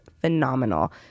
phenomenal